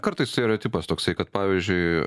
kartais stereotipas toksai kad pavyzdžiui